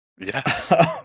Yes